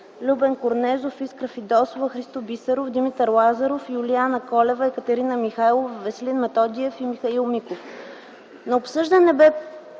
Любен Корнезов, Искра Фидосова, Христо Бисеров, Димитър Лазаров, Юлиана Колева, Екатерина Михайлова, Веселин Методиев и Михаил Миков. На обсъждане бе